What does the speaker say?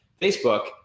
Facebook